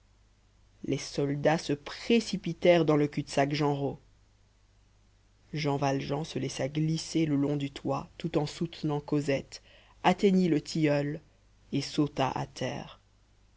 les soldats se précipitèrent dans le cul-de-sac genrot jean valjean se laissa glisser le long du toit tout en soutenant cosette atteignit le tilleul et sauta à terre